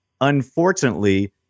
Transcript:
unfortunately